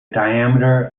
diameter